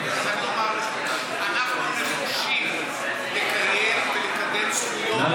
אני אומר לך: אנחנו נחושים לקיים ולקדם סוגיות בחברה